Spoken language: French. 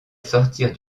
sortir